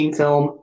film